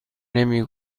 نمی